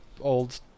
old